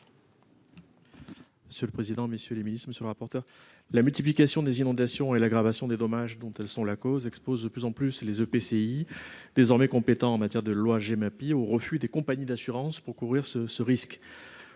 Monsieur le président, messieurs les Ministres, Monsieur le rapporteur, la multiplication des inondations et l'aggravation des dommages dont elles sont la cause expose de plus en plus et les EPCI désormais compétent en matière de loi Gemapi au refus des compagnies d'assurances pour couvrir ce ce risque,